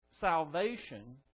salvation